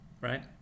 right